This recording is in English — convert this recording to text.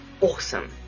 awesome